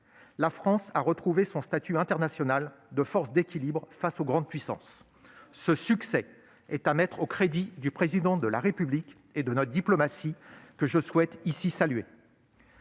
la France a retrouvé son statut international de force d'équilibre face aux grandes puissances. Vous avez raison ! Ce succès est à mettre au crédit du Président de la République et de notre diplomatie, que je souhaite ici saluer.